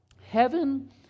Heaven